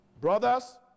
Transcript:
Brothers